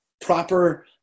proper